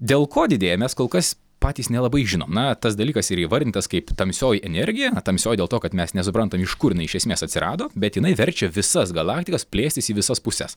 dėl ko didėja mes kol kas patys nelabai žinom na tas dalykas yra įvardintas kaip tamsioji energija na tamsioji dėl to kad mes nesuprantam iš kur jinai iš esmės atsirado bet jinai verčia visas galaktikas plėstis į visas puses